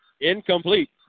Incomplete